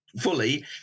fully